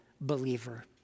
believer